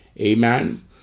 Amen